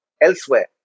elsewhere